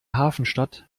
hafenstadt